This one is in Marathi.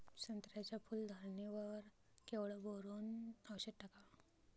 संत्र्याच्या फूल धरणे वर केवढं बोरोंन औषध टाकावं?